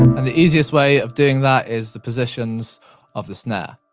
and the easiest way of doing that is the positions of the snare.